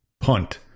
Punt